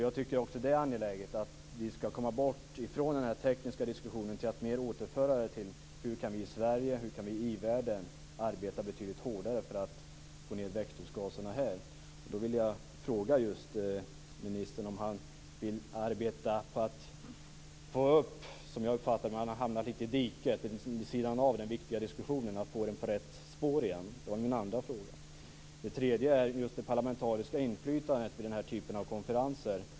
Jag tycker också att det är angeläget att vi kommer bort från den tekniska diskussionen och mer återför den till frågan om hur vi i Sverige, i i-världen, kan arbeta betydligt hårdare för att få ned växthusgaserna här. Då kommer jag till min fråga till ministern. Man har, som jag har uppfattat det, hamnat lite vid sidan av den viktiga diskussionen. Vill ministern få upp den på rätt spår igen? Det är min andra fråga. Min tredje fråga gäller det parlamentariska inflytandet vid den här typen av konferenser.